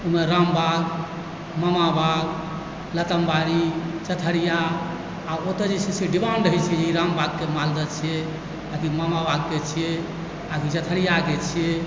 ओहिमे रामबाग मामाबाग लतमबाड़ी चथरिआ आ ओतए जे छै से डिमाण्ड होइ छै ई रामबागकेँ मालदह छियै आकि मामाबागके छियै आकि चथरिआके छियै